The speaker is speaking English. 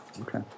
Okay